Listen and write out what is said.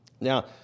Now